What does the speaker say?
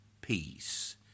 peace